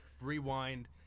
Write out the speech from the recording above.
rewind